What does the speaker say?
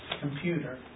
computer